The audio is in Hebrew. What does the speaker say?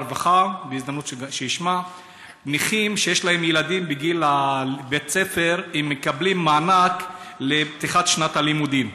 נכים שיש להם ילדים בגיל בית-הספר מקבלים מענק בפתיחת שנת הלימודים.